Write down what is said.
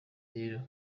rero